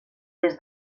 des